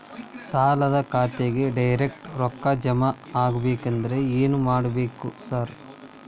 ಸಾಲದ ಖಾತೆಗೆ ಡೈರೆಕ್ಟ್ ರೊಕ್ಕಾ ಜಮಾ ಆಗ್ಬೇಕಂದ್ರ ಏನ್ ಮಾಡ್ಬೇಕ್ ಸಾರ್?